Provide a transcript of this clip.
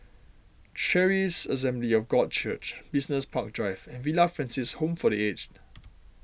Charis Assembly of God Church Business Park Drive and Villa Francis Home for the Aged